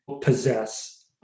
possess